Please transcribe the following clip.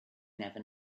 never